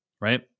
right